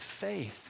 faith